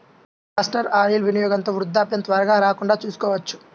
castor oil వినియోగంతో వృద్ధాప్యం త్వరగా రాకుండా చూసుకోవచ్చు